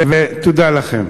תודה לכם.